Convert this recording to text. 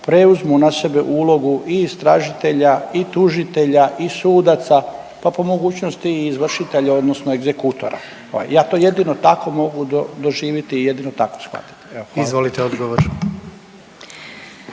preuzmu na sebe ulogu i istražitelja i tužitelja i sudaca, pa po mogućnosti i izvršitelja odnosno egzekutora. Pa ja to jedino tako mogu doživiti i jedino tako shvatit, evo hvala.